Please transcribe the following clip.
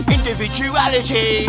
Individuality